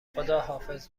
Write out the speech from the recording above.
خداحافظ